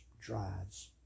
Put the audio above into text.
drives